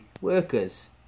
workers